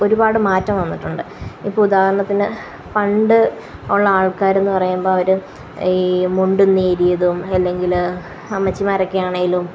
ഒരുപാട് മാറ്റം വന്നിട്ടുണ്ട് ഇപ്പോള് ഉദാഹരണത്തിന് പണ്ട് ഉള്ള ആള്ക്കാരെന്ന് പറയുമ്പോള് അവര് ഈ മുണ്ടും നേരിയതും അല്ലെങ്കില് അമ്മച്ചിമാരൊക്കെയാണേലും